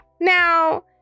Now